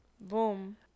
boom